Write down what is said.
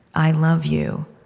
i love you,